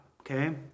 Okay